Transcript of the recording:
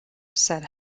said